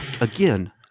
again